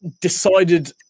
decided